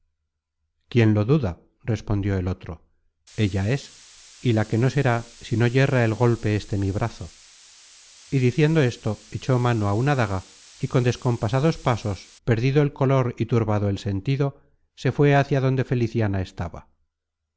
quién lo duda respondió el otro ella es y la que no será si no yerra el golpe este mi brazo y diciendo esto echó mano á una daga y con descompasados pasos perdido el color y turbado el sentido se fué hacia donde feliciana estaba